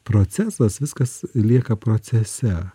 procesas viskas lieka procese